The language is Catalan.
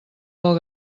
del